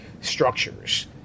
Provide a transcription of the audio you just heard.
structures